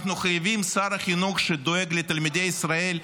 אנחנו חייבים שר חינוך שדואג לתלמידי ישראל,